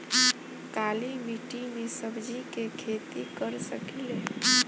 काली मिट्टी में सब्जी के खेती कर सकिले?